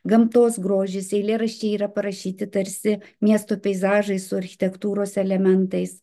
gamtos grožis eilėraščiai yra parašyti tarsi miesto peizažai su architektūros elementais